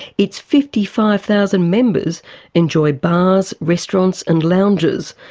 its fifty five thousand members enjoy bars, restaurants and lounges.